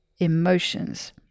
emotions